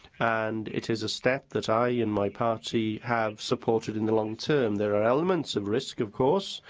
and it is a step that i and my party have supported in the long term. there are elements of risk, of course,